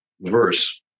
verse